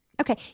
okay